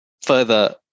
further